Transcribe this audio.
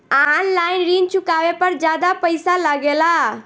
आन line ऋण चुकावे पर ज्यादा पईसा लगेला?